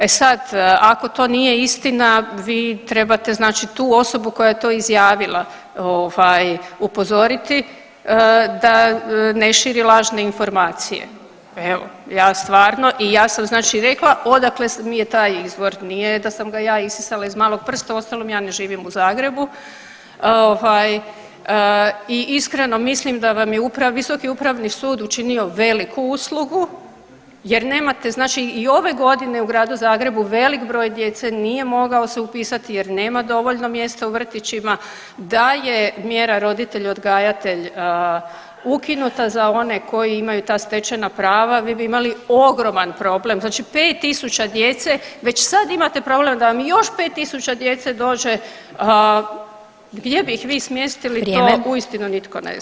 E sad ako to nije istina vi trebate znači tu osobu koja je to izjavila ovaj upozoriti da ne širi lažne informacije, evo ja stvarno i ja sam znači rekla odakle mi je taj izvor, nije da sam ga ja isisala iz malog prsta uostalom ja ne živim u Zagrebu, ovaj i iskreno mislim da vam je visoki upravni sud učinio veliku uslugu jer nemate, znači i ove godine u Gradu Zagrebu velik broj djece nije mogao se upisati jer nema dovoljno mjesta u vrtićima, da je mjera roditelj odgajatelj ukinuta za one koji imaju ta stečena prava vi bi imali ogroman problem, znači 5000 djece, već sad imate problem da vam još 5000 djece dođe gdje bi ih vi smjestili to uistinu nitko ne zna.